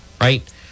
right